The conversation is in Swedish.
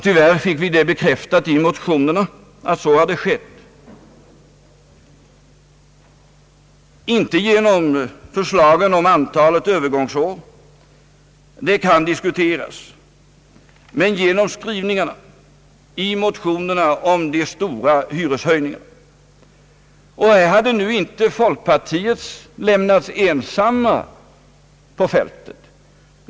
Tyvärr fick vi bekräftat i motionerna att så hade skett. Inte genom förslaget om antalet övergångsår — det kan diskuteras — men genom skrivningarna i motionerna om de stora hyreshöjningarna. Här hade nu inte folkpartiet lämnats ensamt på fältet.